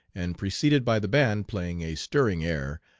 and, preceded by the band playing a stirring air,